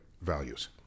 values